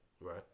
Right